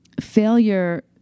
failure